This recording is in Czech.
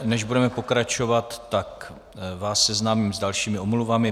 Než budeme pokračovat, tak vás seznámím s dalšími omluvami.